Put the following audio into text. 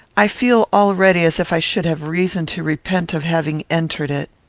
i feel already as if i should have reason to repent of having entered it.